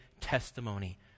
testimony